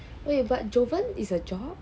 eh but jovan is a job